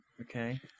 Okay